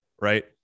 right